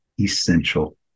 essential